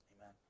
Amen